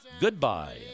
Goodbye